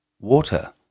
Water